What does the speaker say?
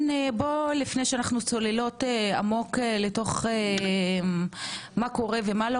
לפני שאנו צוללות למה קורה ומה לא